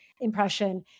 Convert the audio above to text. impression